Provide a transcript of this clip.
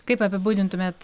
kaip apibūdintumėt